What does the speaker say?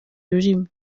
rurimi